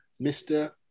Mr